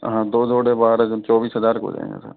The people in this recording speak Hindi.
हाँ दो जोड़े बारह से चौबीस हज़ार के हो जाएंगे सर